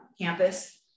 campus